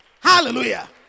Hallelujah